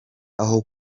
aho